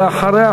ואחריה,